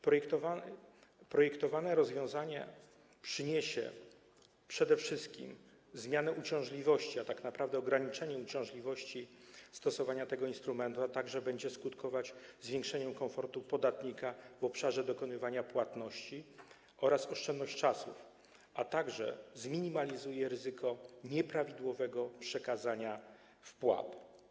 Projektowane rozwiązanie przyniesie przede wszystkim zmianę uciążliwości, a tak naprawdę ograniczenie uciążliwości stosowania tego instrumentu, a także będzie skutkować zwiększeniem komfortu podatnika w obszarze dokonywania płatności oraz oszczędność czasu, a także zminimalizuje ryzyko nieprawidłowego przekazania wpłat.